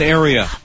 area